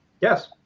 Yes